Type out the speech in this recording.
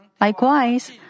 Likewise